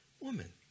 woman